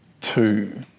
two